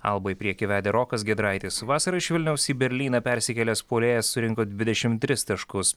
albą į priekį vedė rokas giedraitis vasarą iš vilniaus į berlyną persikėlęs puolėjas surinko dvidešim tris taškus